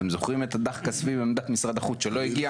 אתם זוכרים את הדחקה סביב עמדת משרד החוץ שלא הגיע?